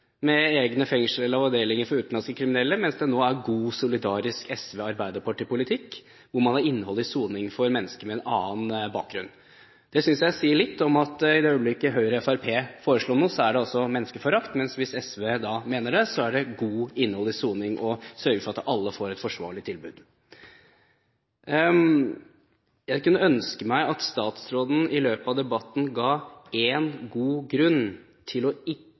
med egne fengsler og avdelinger for utenlandske kriminelle – mens det nå er god solidarisk SV- og arbeiderpartipolitikk, hvor man har innhold i soningen for mennesker med en annen bakgrunn. Det synes jeg sier litt om at i det øyeblikket Høyre og Fremskrittspartiet foreslår noe, er det menneskeforakt, men hvis SV mener det, er det godt innhold i soningen å sørge for at alle får et forsvarlig tilbud. Jeg kunne ønske at statsråden i løpet av debatten ga én god grunn til ikke å